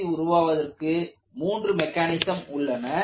SCC உருவாவதற்கு மூன்று mechanism உள்ளன